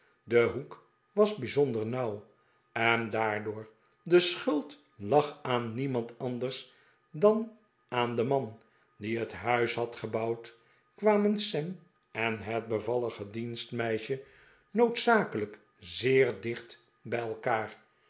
de hoek was bijzonder nauw en daardoor de schuld lag aan niemand anders dan aan den man die het huis had gebouwd kwamen sam en het bevallige dienstmeisje noodzakelijk zeer dicht bij elkaar